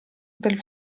del